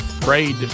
prayed